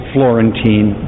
Florentine